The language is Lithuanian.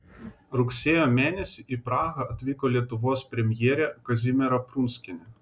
rugsėjo mėnesį į prahą atvyko lietuvos premjerė kazimiera prunskienė